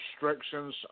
restrictions